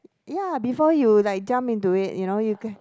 ya before you like jump into it you know you can